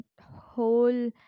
whole